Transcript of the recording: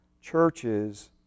churches